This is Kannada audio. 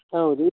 ಹೌದು